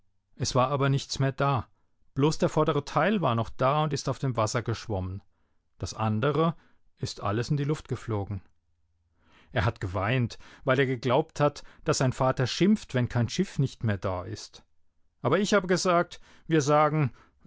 es war aber nichts mehr da bloß der vordere teil war noch da und ist auf dem wasser geschwommen das andere ist alles in die luft geflogen er hat geweint weil er geglaubt hat daß sein vater schimpft wenn kein schiff nicht mehr da ist aber ich habe gesagt wir sagen